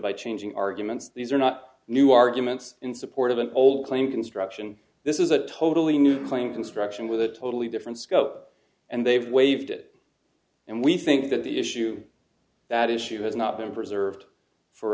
by changing arguments these are not new arguments in support of an old claim construction this is a totally new claim construction with a totally different scope and they've waived it and we think that the issue that issue has not been preserved for